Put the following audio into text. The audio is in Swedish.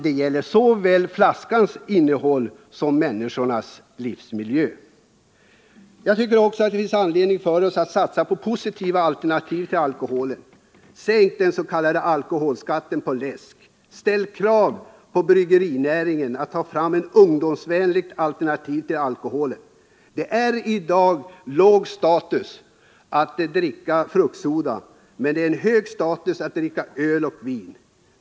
Det finns också anledning för oss att satsa på positiva alternativ till alkoholen. Sänk den s.k. alkoholskatten på läsk och ställ krav på bryggerinäringen att ta fram ungdomsvänliga alternativ till alkoholen! Det är i dag låg status i att dricka fruktsoda, medan det är hög status i att dricka öl och vin.